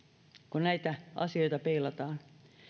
kun näitä asioita peilataan